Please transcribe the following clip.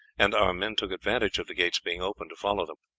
and our men took advantage of the gates being open to follow them.